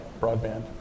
broadband